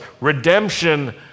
Redemption